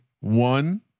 one